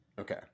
Okay